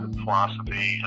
philosophy